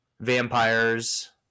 vampires